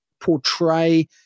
portray